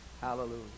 hallelujah